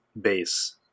base